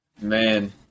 man